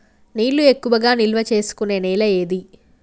నీళ్లు ఎక్కువగా నిల్వ చేసుకునే నేల ఏది?